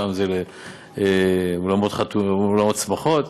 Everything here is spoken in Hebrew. פעם זה אולמות שמחות.